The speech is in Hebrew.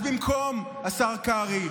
השר קרעי,